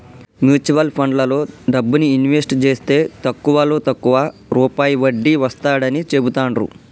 mutual ఫండ్లలో డబ్బుని invest జేస్తే తక్కువలో తక్కువ రూపాయి వడ్డీ వస్తాడని చెబుతాండ్రు